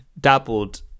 dabbled